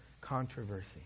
controversy